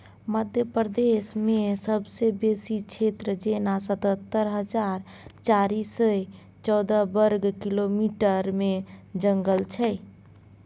मध्य प्रदेशमे सबसँ बेसी क्षेत्र जेना सतहत्तर हजार चारि सय चौदह बर्ग किलोमीटरमे जंगल छै